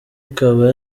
ikaba